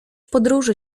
podróży